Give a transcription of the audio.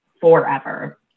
forever